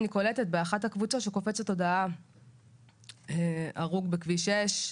אני קולטת באחת הקבוצות שקופצת הודעה "הרוג בכביש 6",